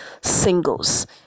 singles